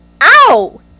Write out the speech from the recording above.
ow